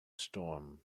storm